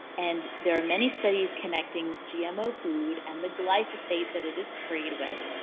and there are many studies connecting gmo food and the glyphosate that it is sprayed with,